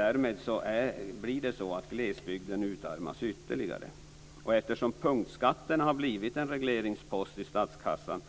Därmed utarmas glesbygden ytterligare. Eftersom punktskatterna har blivit en regleringspost i statskassan